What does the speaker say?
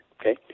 okay